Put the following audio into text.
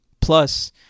plus